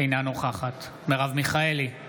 אינה נוכחת מרב מיכאלי,